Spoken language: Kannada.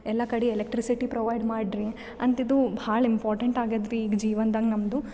ಎಲ್ಲ ಕಡೆ ಎಲೆಕ್ಟ್ರಿಸಿಟಿ ಪ್ರೊವೈಡ್ ಮಾಡ್ರಿ ಅಂತಿದ್ದು ಭಾಳ ಇಂಪಾರ್ಟೆಂಟ್ ಆಗ್ಯಾದ ರೀ ಈಗ ಜೀವನ್ದಾಗ ನಮ್ಮದು